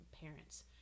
parents